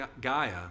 Gaia